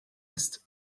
ist